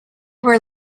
were